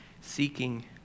seeking